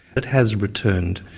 it has returned.